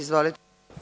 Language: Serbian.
Izvolite.